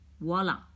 Voila